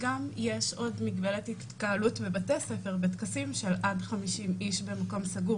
יש עוד מגבלת התקהלות בבתי הספר בטקסים של עד 50 אנשים במתחם סגור